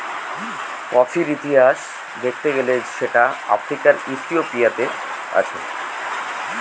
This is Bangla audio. কফির ইতিহাস দেখতে গেলে সেটা আফ্রিকার ইথিওপিয়াতে আছে